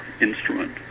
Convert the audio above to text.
instrument